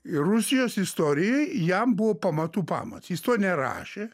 ir rusijos istorija jam buvo pamatų pamatas jis to nerašė